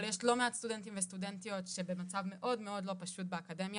אבל יש לא מעט סטודנטים וסטודנטיות שבמצב מאוד מאוד לא פשוט באקדמיה.